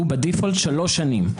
שהוא בדיפולט שלוש שנים,